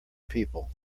people